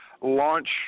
launch